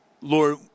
Lord